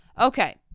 Okay